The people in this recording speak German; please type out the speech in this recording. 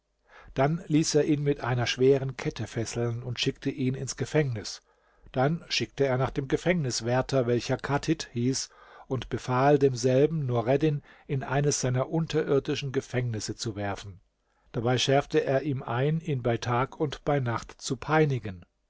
dann ließ er ihn mit einer schweren kette fesseln und schickte ihn ins gefängnis dann schickte er nach dem gefängniswärter welcher katit hieß und befahl demselben nureddin in eines seiner unterirdischen gefängnisse zu werfen dabei schärfte er ihm ein ihn bei tag und bei nacht zu peinigen